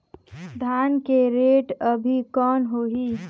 धान के रेट अभी कौन होही?